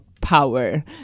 power